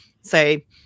say